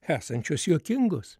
esančios juokingos